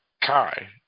Kai